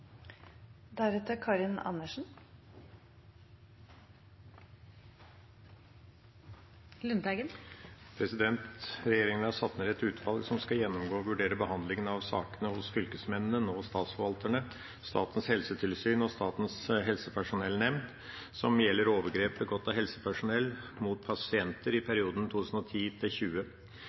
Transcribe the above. har satt ned et utvalg som skal gjennomgå og vurdere behandlingen av sakene hos fylkesmennene, nå statsforvalterne, Statens helsetilsyn og Statens helsepersonellnemnd som gjelder overgrep begått av helsepersonell mot pasienter i perioden